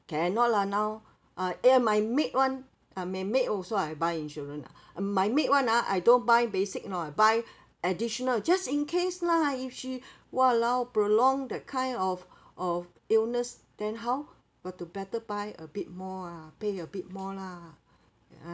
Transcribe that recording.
cannot lah now uh eh my maid [one] uh my maid also I buy insurance ah uh my maid [one] ah I don't buy basic you know I buy additional just in case lah if she !walao! prolong that kind of of illness then how got to better buy a bit more ah pay a bit more lah